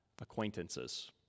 acquaintances